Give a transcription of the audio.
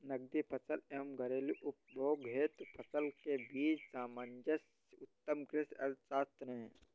नकदी फसल एवं घरेलू उपभोग हेतु फसल के बीच सामंजस्य उत्तम कृषि अर्थशास्त्र है